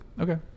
Okay